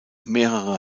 mehrere